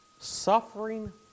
suffering